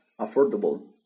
affordable